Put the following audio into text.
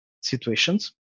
situations